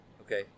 Okay